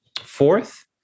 Fourth